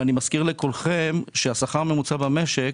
אני מזכיר לכולכם, השכר הממוצע במשק